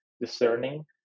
discerning